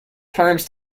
times